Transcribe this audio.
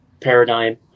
paradigm